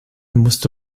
musste